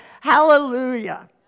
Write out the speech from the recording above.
Hallelujah